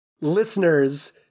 listeners